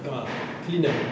a'ah clean ah